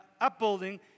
upbuilding